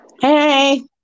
Hey